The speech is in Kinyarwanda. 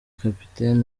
kapiteni